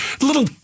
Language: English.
little